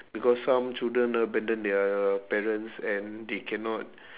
because some children abandon their parents and they cannot